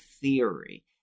theory